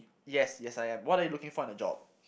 yes yes I am what are you looking for in a job